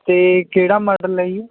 ਅਤੇ ਕਿਹੜਾ ਮਾਡਲ ਹੈ ਜੀ